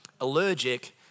allergic